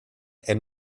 and